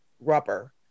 rubber